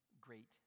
great